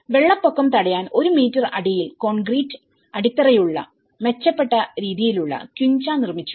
വെള്ളപ്പൊക്കം തടയാൻ 1 മീറ്റർ അടിയിൽ കോൺക്രീറ്റ് അടിത്തറയുള്ള മെച്ചപ്പെട്ട രീതിയിലുള്ള ക്വിഞ്ച നിർമ്മിച്ചു